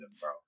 bro